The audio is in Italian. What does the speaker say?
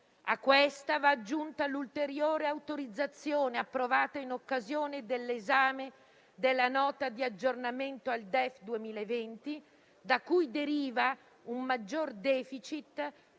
A ciò va aggiunta l'ulteriore autorizzazione approvata in occasione dell'esame della Nota di aggiornamento al DEF 2020, da cui deriva un maggior *deficit*